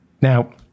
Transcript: Now